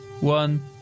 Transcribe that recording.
one